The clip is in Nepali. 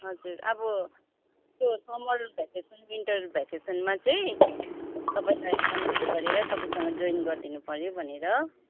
हजुर अब त्यो समर भ्याकेसन विन्टर भ्याकेसनमा चाहिँ तपाईँलाई कन्ट्याक्ट गरेर तपाईँसँग जोइन गरिदिनु पऱ्यो भनेर